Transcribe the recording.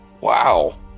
Wow